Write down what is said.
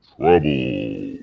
trouble